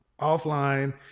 offline